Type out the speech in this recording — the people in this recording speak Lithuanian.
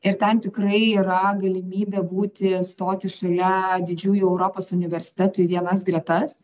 ir ten tikrai yra galimybė būti stoti šalia didžiųjų europos universitetų į vienas gretas